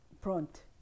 front